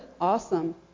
Awesome